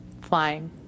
Flying